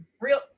real